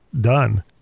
done